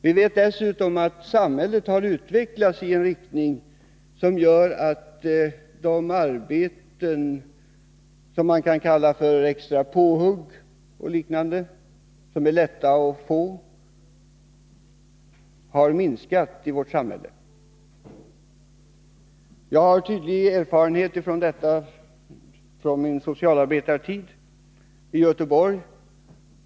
Vi vet att samhället har utvecklats i en riktning som innebär att de arbeten som man kan kalla ”extra påhugg” och som är lätta att få har minskat. Jag har erfarenhet av detta från min tid som socialarbetare i Göteborg.